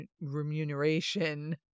remuneration